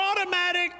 automatic